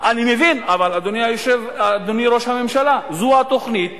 אני מבין, אבל, אדוני ראש הממשלה, זו התוכנית